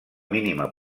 mínima